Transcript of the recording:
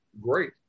great